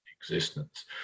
existence